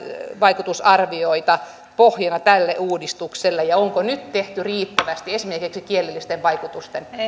vaikutusarvioita pohjana tälle uudistukselle ja onko nyt tehty riittävästi esimerkiksi kielellisten vaikutusten